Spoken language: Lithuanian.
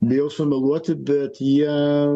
bijau sumeluoti bet jie